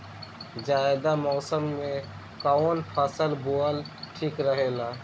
जायद मौसम में कउन फसल बोअल ठीक रहेला?